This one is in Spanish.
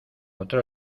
otro